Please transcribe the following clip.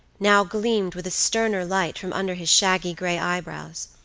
now gleamed with a sterner light from under his shaggy grey eyebrows.